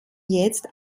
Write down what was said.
jetzt